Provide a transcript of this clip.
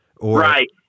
Right